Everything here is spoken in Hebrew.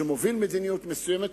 שמוביל מדיניות מסוימת,